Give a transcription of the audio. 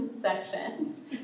section